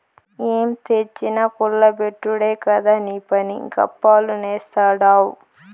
ఏం తెచ్చినా కుల్ల బెట్టుడే కదా నీపని, గప్పాలు నేస్తాడావ్